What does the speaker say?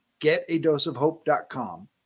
getadoseofhope.com